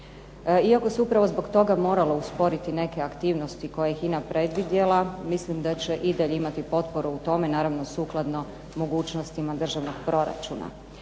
Iako se upravo zbog toga moralo usporiti neke aktivnosti koje je HINA predvidjela, mislim da će i dalje imati potporu u tome, naravno sukladno mogućnostima državnog proračuna.